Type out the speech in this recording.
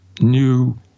new